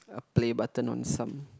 a play button on some